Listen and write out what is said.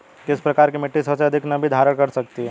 किस प्रकार की मिट्टी सबसे अधिक नमी धारण कर सकती है?